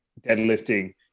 deadlifting